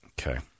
Okay